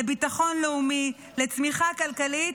לביטחון לאומי ולצמיחה כלכלית,